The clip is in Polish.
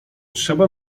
trzeba